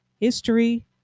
history